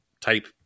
type